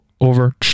over